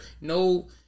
No